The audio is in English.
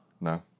no